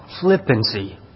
flippancy